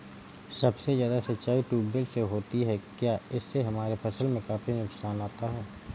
सबसे ज्यादा सिंचाई ट्यूबवेल से होती है क्या इससे हमारे फसल में काफी नुकसान आता है?